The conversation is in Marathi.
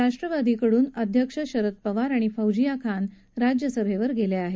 राष्ट्रवादीकडून अध्य शरद पवार आणि फौजिया खान राज्यसभेवर गेले आहेत